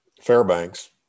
Fairbanks